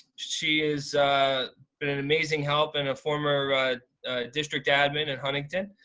she is, been an amazing help and a former district admin at huntington.